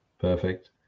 Perfect